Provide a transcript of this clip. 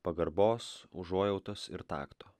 pagarbos užuojautos ir takto